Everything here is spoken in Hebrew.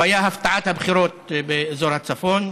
והוא היה הפתעת הבחירות באזור הצפון,